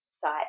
site